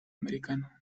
americano